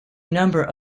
number